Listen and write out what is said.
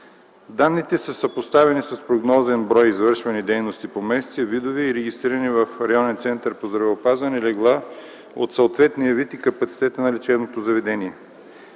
Данните са съпоставени с прогнозен брой извършвани дейности по месеци, видове и регистрирани в районен център по здравеопазване легла от съответния вид капацитет на лечебното заведение.